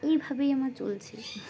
এইভাবেই আমার চলছে